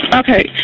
okay